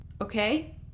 Okay